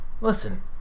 listen